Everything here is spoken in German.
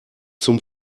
zum